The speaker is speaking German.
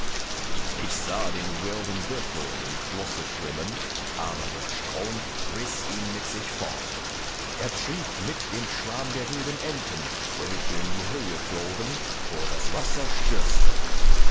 ich sah den wilden büffel im flusse schwimmen aber der strom riß ihn mit sich fort er trieb mit dem schwarm der wilden enten welche in die höhe flogen wo das wasser stürzte